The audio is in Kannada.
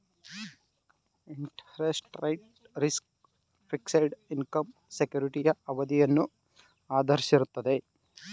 interest rate risk, fixed income ಸೆಕ್ಯೂರಿಟಿಯ ಅವಧಿಯನ್ನು ಆಧರಿಸಿರುತ್ತದೆ